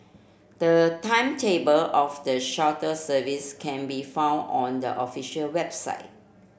the timetable of the shuttle service can be found on the official website